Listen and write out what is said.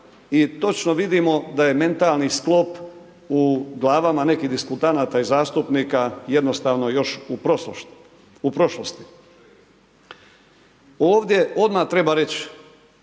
i točno vidimo da je mentalni sklop u glavama nekih diskutanata i zastupnika jednostavno još u prošlosti. Ovdje odmah treba reći,